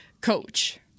coach